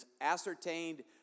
ascertained